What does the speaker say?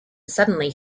suddenly